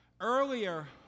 earlier